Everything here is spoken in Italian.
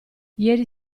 ieri